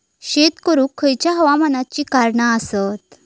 शेत करुक खयच्या हवामानाची कारणा आसत?